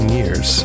years